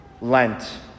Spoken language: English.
Lent